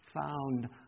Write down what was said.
found